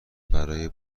برای